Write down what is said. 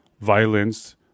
violence